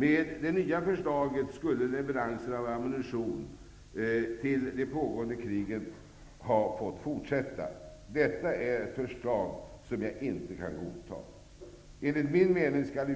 Med det nya förslaget skulle leveranserna av ammunition till de pågående krigen ha fått fortsätta. Det här är ett förslag som jag inte kan godta. Enligt min mening skall